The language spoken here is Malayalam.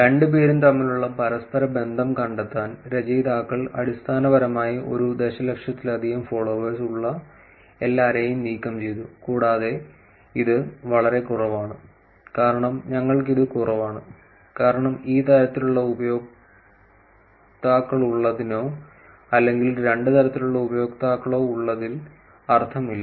രണ്ടുപേരും തമ്മിലുള്ള പരസ്പര ബന്ധം കണ്ടെത്താൻ രചയിതാക്കൾ അടിസ്ഥാനപരമായി ഒരു ദശലക്ഷത്തിലധികം ഫോളോവേഴ്സ് ഉള്ള എല്ലാവരെയും നീക്കംചെയ്തു കൂടാതെ ഇത് വളരെ കുറവാണ് കാരണം ഞങ്ങൾക്ക് ഇത് കുറവാണ് കാരണം ഈ തരത്തിലുള്ള ഉപയോക്താക്കളുള്ളതിനോ അല്ലെങ്കിൽ രണ്ട് തരത്തിലുള്ള ഉപയോക്താക്കളോ ഉള്ളതിൽ അർത്ഥമില്ല